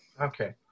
Okay